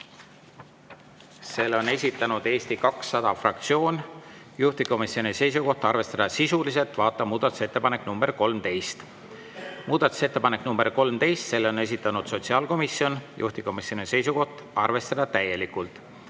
selle on esitanud Eesti 200 fraktsioon, juhtivkomisjoni seisukoht on arvestada sisuliselt, vaata muudatusettepanekut nr 13. Muudatusettepanek nr 13, selle on esitanud sotsiaalkomisjon, juhtivkomisjoni seisukoht on arvestada täielikult.